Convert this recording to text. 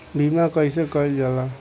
बीमा कइसे कइल जाला?